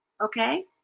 Okay